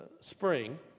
spring